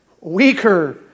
weaker